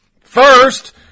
First